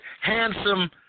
handsome